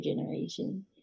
generation